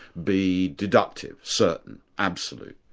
be deductive, certain, absolute.